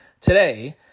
today